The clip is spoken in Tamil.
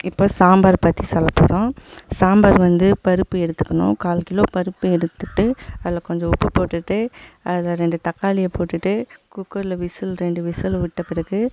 இப்போ சாம்பார் பற்றி சொல்லப் போகிறோம் சாம்பார் வந்து பருப்பு எடுத்துக்கணும் கால் கிலோ பருப்பு எடுத்துட்டு அதில் கொஞ்சம் உப்பு போட்டுவிட்டு அதில் ரெண்டு தக்காளியை போட்டுவிட்டு குக்கரில் விசில் ரெண்டு விசிலு விட்ட பிறகு